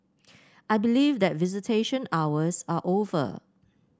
I believe that visitation hours are over